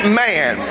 man